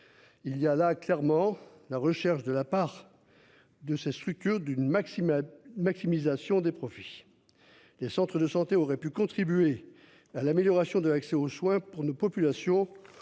Il y a là clairement, la recherche de la part. De ses structures d'une Maxima maximisation des profits. Des centres de santé aurait pu contribuer à l'amélioration de l'accès aux soins pour une population.